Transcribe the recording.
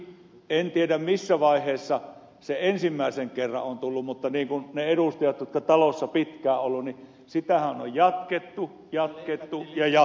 en tiedä missä vaiheessa kuljetustuki ensimmäisen kerran on tullut mutta ne edustajat jotka talossa ovat pitkään olleet muistavat että sitähän on jatkettu jatkettu ja jatkettu